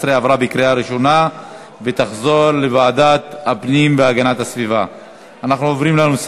2014, לוועדת הפנים והגנת הסביבה נתקבלה.